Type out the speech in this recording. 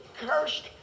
cursed